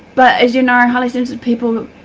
but, as you know highly sensitive people,